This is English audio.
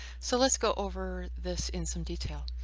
so let's go over this in some detail.